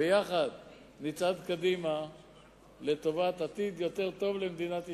ויחד נצעד קדימה לטובת עתיד יותר טוב למדינת ישראל.